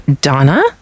donna